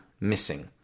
missing